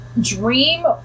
dream